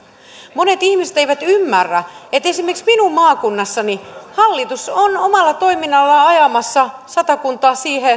monet ihmiset eivät ymmärrä kun esimerkiksi minun maakunnassani hallitus on omalla toiminnallaan ajamassa satakuntaa siihen